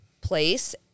place